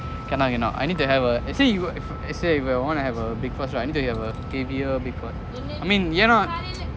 cannot cannot I need to have a let's say you let's say if you want to have a breakfast right you need to have a heavier breakfast I mean you're not